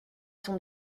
son